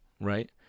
Right